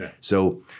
So-